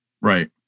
Right